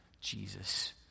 Jesus